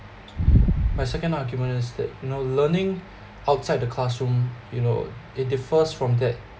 my second argument is that now learning outside the classroom you know it differs from that